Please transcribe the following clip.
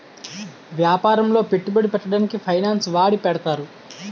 యాపారములో పెట్టుబడి పెట్టడానికి ఫైనాన్స్ వాడి పెడతారు